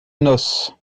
noces